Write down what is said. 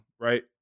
right